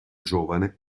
giovane